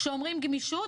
כשאומרים גמישות,